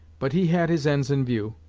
but he had his ends in view,